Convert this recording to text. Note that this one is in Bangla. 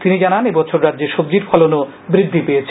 তিনি জানান এবছর রাজ্যে সবজির ফলনও বৃদ্ধি পেয়েছে